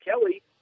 Kelly